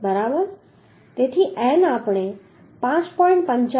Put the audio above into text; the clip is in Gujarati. તેથી n આપણે 5